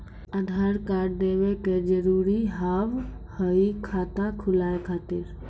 आधार कार्ड देवे के जरूरी हाव हई खाता खुलाए खातिर?